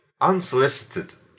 unsolicited